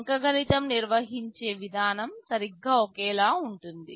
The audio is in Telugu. అంకగణితం నిర్వహించే విధానం సరిగ్గా ఒకేలా ఉంటుంది